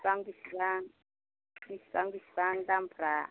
बेसेबां बेसेबां बेसेबां बेसेबां दामफोरा